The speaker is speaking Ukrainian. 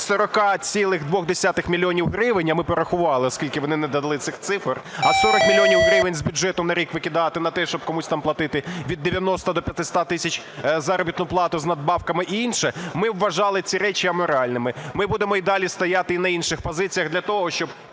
40,2 мільйона гривень, а ми порахували, оскільки вони не дали цих цифр. А 40 мільйонів гривень з бюджету на рік викидати на те, щоб комусь там платити від 90 до 500 тисяч заробітну плату з надбавками і інше, ми вважали ці речі аморальними. Ми будемо і далі стояти і на інших позиціях для того, щоб